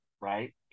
right